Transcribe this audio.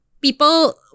people